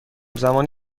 زمان